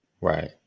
Right